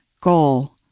goal